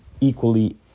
equally